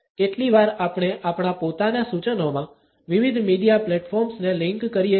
કેટલી વાર આપણે આપણા પોતાના સૂચનોમાં વિવિધ મીડિયા પ્લેટફોર્મ્સ ને લિંક કરીએ છીએ